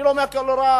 אני לא אומר שהכול רע,